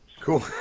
cool